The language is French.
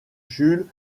jules